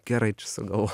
gerai čia sugalvo